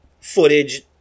footage